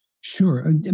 Sure